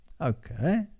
Okay